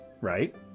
right